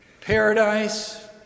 Paradise